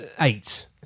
eight